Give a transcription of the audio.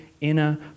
inner